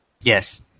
Yes